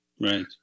Right